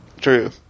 True